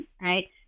right